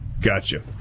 Gotcha